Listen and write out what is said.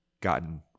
gotten